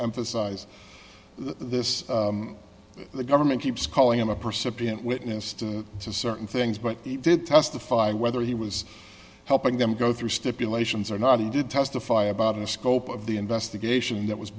emphasize this the government keeps calling him a percipient witness to certain things but he did testify whether he was helping them go through stipulations or not he did testify about the scope of the investigation that was